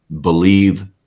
believe